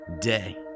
day